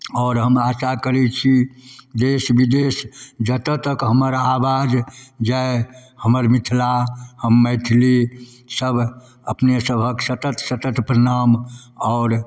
आओर हम आशा करै छी देश विदेश जतऽ तक हमर आवाज जाइ हमर मिथिला हम मैथिली सब अपनेसभके सतत सतत प्रणाम आओर